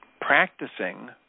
practicing